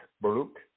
Baruch